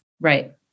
Right